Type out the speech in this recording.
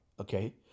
okay